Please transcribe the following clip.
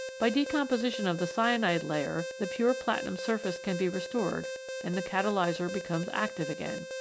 by decomposition of the cyanide layer the pure plati num surface can be restored and the catalyser becomes active again.